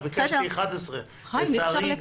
אז ביקשתי 11. לצערי,